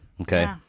Okay